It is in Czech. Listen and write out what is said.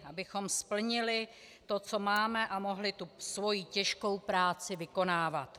Abychom splnili to, co máme, a mohly tu svoji těžkou práci vykonávat.